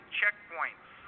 checkpoints